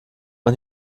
man